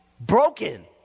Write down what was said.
broken